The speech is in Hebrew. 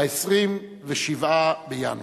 27 בינואר.